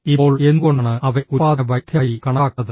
ഇപ്പോൾ എന്തുകൊണ്ടാണ് അവയെ ഉൽപ്പാദന വൈദഗ്ധ്യമായി കണക്കാക്കുന്നത്